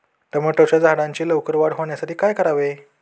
टोमॅटोच्या झाडांची लवकर वाढ होण्यासाठी काय करावे?